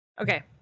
Okay